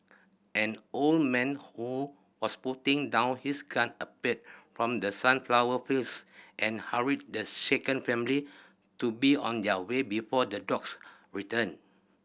an old man who was putting down his gun appeared from the sunflower fields and hurried the shaken family to be on their way before the dogs return